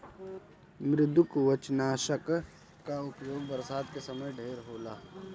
मृदुकवचनाशक कअ उपयोग बरसात के समय ढेर होला